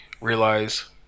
realize